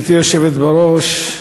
גברתי היושבת בראש,